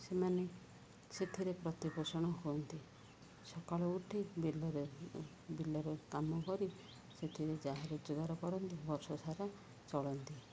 ସେମାନେ ସେଥିରେ ପ୍ରତିପୋଷଣ ହୁଅନ୍ତି ସକାଳୁ ଉଠି ବିଲରେ ବିଲରେ କାମ କରି ସେଥିରେ ଯାହା ରୋଜଗାର କରନ୍ତି ବର୍ଷ ସାରା ଚଳନ୍ତି